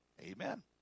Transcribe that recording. Amen